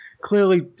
clearly